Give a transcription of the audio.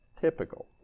typical